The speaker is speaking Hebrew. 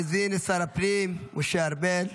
אני מזמין את שר הפנים משה ארבל.